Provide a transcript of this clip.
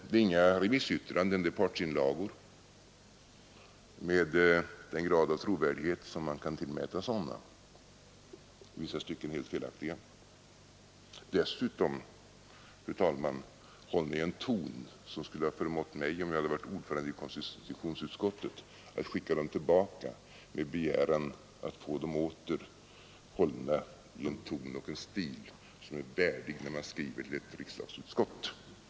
Det är inga remissyttranden utan partsinlagor med den grad av trovärdighet som man kan tillmäta sådana. De är i vissa stycken helt felaktiga. De är dessutom — inom parentes sagt, fru talman! — hållna i en ton som skulle ha förmått mig, om jag hade varit ordförande i konstitutionsutskottet, att skicka dem tillbaka med begäran att få dem åter i en ton och i en stil som är värdig en skrivelse till ett riksdagsutskott.